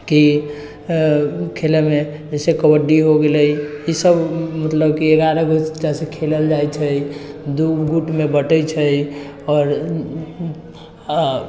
कि खेलैमे जैसे कबड्डी हो गेलै ई सभ मतलब कि एगारह गोटेसँ खेलल जाइ छै दू गुटमे बँटै छै आओर